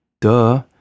Duh